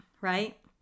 right